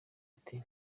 ati